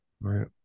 Right